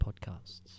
podcasts